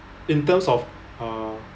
in terms of uh